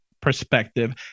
perspective